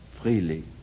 freely